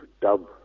dub